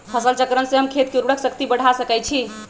फसल चक्रण से हम खेत के उर्वरक शक्ति बढ़ा सकैछि?